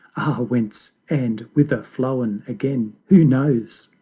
ah whence, and whither flown again, who knows!